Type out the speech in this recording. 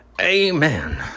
Amen